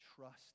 Trust